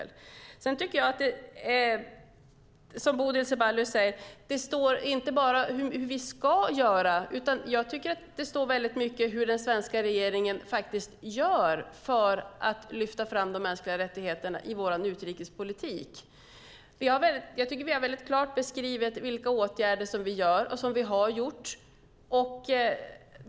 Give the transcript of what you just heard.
Sedan tycker jag att det, som Bodil Ceballos säger, inte bara står hur vi ska göra, utan jag tycker att det står väldigt mycket om hur den svenska regeringen faktiskt gör för att lyfta fram de mänskliga rättigheterna i vår utrikespolitik. Jag tycker att vi väldigt klart har beskrivit vilka åtgärder som vi vidtar och som vi har vidtagit.